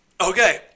Okay